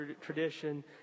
tradition